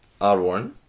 R1